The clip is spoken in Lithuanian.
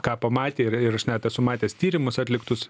ką pamatė ir ir aš net esu matęs tyrimus atliktus